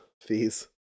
fees